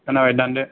खोनाबाय दान्दो